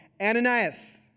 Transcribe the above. Ananias